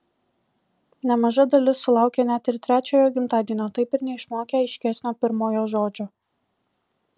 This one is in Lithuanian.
nemaža dalis sulaukia net ir trečiojo gimtadienio taip ir neišmokę aiškesnio pirmojo žodžio